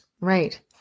Right